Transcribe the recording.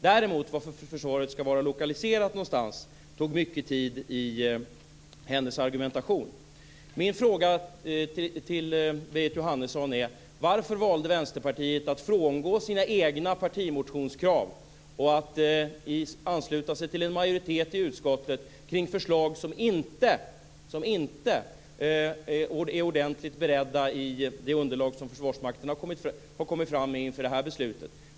Däremot var någonstans försvaret ska vara lokaliserat tog mycket tid i hennes argumentation. Min fråga till Berit Jóhannesson är: Varför valde Vänsterpartiet att frångå sina egna partimotionskrav och att ansluta sig till en majoritet i utskottet kring förslag som inte är ordentligt beredda i det underlag som Försvarsmakten har kommit fram med inför detta beslut?